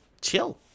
chill